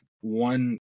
one